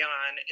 on